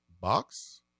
box